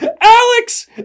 Alex